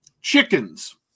chickens